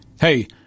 Hey